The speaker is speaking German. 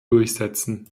durchsetzen